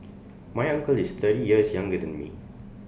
my uncle is thirty years younger than me